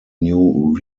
new